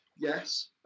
yes